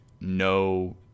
no